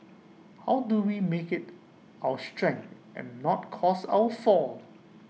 how do we make IT our strength and not cause our fall